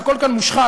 שהכול כאן מושחת.